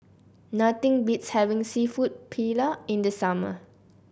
nothing beats having seafood Paella in the summer